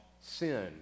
Sin